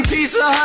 Pizza